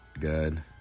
good